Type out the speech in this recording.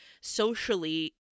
socially